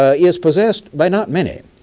ah is possessed by not many.